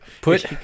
Put